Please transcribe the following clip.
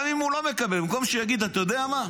גם אם הוא לא מקבל, במקום שהוא יגיד: אתה יודע מה,